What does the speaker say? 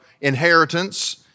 inheritance